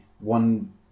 one